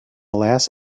last